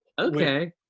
okay